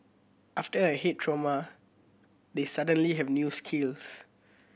after a head trauma they suddenly have new skills